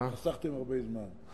חסכתם הרבה זמן.